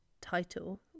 title